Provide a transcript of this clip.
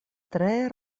tre